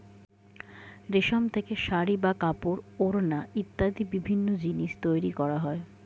রেশম থেকে শাড়ী বা কাপড়, ওড়না ইত্যাদি বিভিন্ন জিনিস তৈরি করা যায়